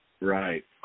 Right